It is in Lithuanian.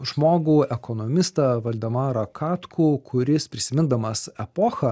žmogų ekonomistą valdemarą katkų kuris prisimindamas epochą